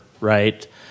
right